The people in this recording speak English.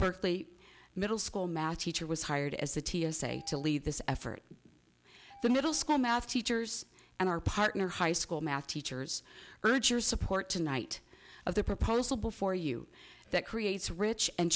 berkeley middle school math teacher was hired as the t s a to lead this effort the middle school math teachers and our partner high school math teachers urge your support tonight of the proposal before you that creates rich and